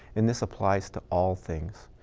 and this applies to all things.